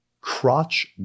Crotch